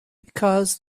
because